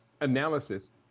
analysis